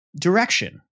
direction